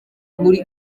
muri